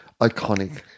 iconic